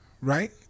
right